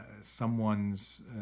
someone's